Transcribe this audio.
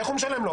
איך הוא משלם לו?